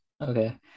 Okay